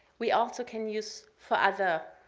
we also can use for other